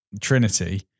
Trinity